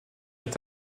est